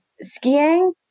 Skiing